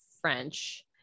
French